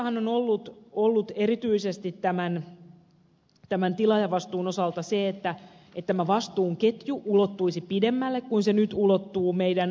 keskustelussahan on ollut erityisesti tämän tilaajavastuun osalta se että tämä vastuun ketju ulottuisi pidemmälle kuin se nyt ulottuu meidän lainsäädännössämme